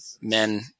men